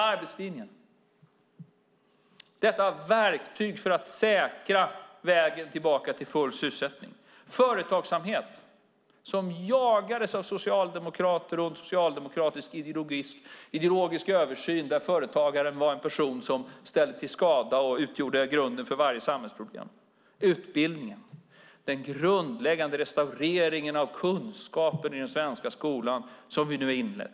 Arbetslinjen är verktyget för att säkra vägen tillbaka till full sysselsättning. Det handlar om företagsamheten som jagades av socialdemokrater och socialdemokratisk ideologisk översyn, där företagaren var en person som ställde till skada och utgjorde grunden för varje samhällsproblem. Utbildningen - den grundläggande restaureringen av kunskapen i den svenska skolan har vi nu inlett.